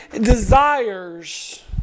desires